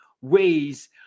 ways